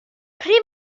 pryd